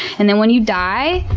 and then when you die,